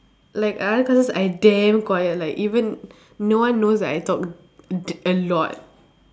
like other classes I damn quiet like even no one knows that I talk d~ a lot